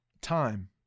Time